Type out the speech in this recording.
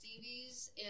Stevie's